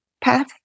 Path